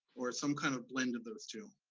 or some kind of blend of those two.